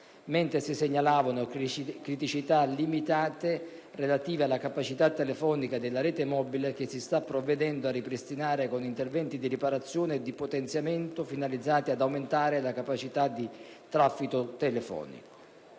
mentre si segnalavano criticità limitate relative alla capacità telefonica della rete mobile che si sta provvedendo a ripristinare con interventi di riparazione e di potenziamento finalizzati ad aumentare sensibilmente la capacità di traffico telefonico.